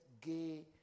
gay